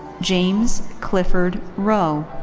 james clifford rowe.